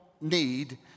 need